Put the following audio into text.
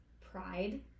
pride